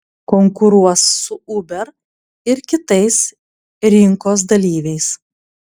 konkuruos su uber ir kitais rinkos dalyviais